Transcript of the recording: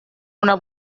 una